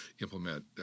implement